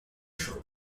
show